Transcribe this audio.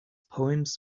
poems